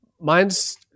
mine's